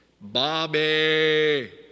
Bobby